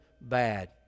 bad